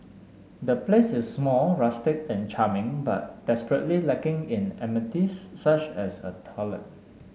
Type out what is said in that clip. the place is small rustic and charming but desperately lacking in amenities such as a toilet